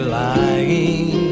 lying